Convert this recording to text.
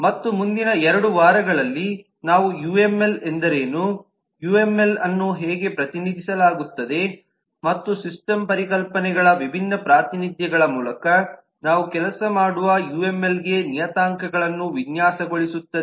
ಮತ್ತು ಮುಂದಿನ ಎರಡು ವಾರಗಳಲ್ಲಿ ನಾವು ಯುಎಂಎಲ್ ಎಂದರೇನು ಯುಎಂಎಲ್ ಅನ್ನು ಹೇಗೆ ಪ್ರತಿನಿಧಿಸಲಾಗುತ್ತದೆ ಮತ್ತು ಸಿಸ್ಟಮ್ ಪರಿಕಲ್ಪನೆಗಳ ವಿಭಿನ್ನ ಪ್ರಾತಿನಿಧ್ಯಗಳ ಮೂಲಕ ನಾವು ಕೆಲಸ ಮಾಡುವಾಗ ಯುಎಂಎಲ್ಗೆ ನಿಯತಾಂಕಗಳನ್ನು ವಿನ್ಯಾಸಗೊಳಿಸುತ್ತದೆ